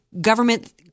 government